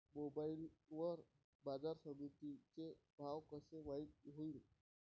Mobile वर बाजारसमिती चे भाव कशे माईत होईन?